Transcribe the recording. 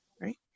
right